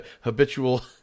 habitual